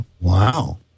Wow